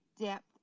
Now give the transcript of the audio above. depth